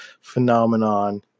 phenomenon